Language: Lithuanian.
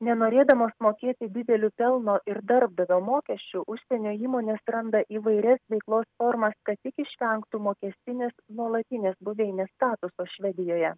nenorėdamos mokėti didelio pelno ir darbdavio mokesčių užsienio įmonės randa įvairias veiklos formas kad tik išvengtų mokestinės nuolatinės buveinės statuso švedijoje